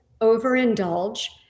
overindulge